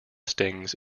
stings